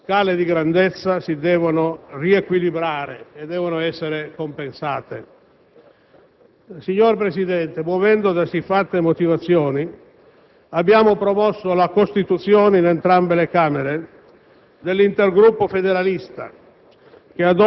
ma entro il 2009 le due scale di grandezza si devono riequilibrare e devono essere compensate. Signor Presidente, muovendo da siffatte motivazioni, abbiamo promosso la costituzione, in entrambe le Camere,